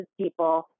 people